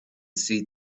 see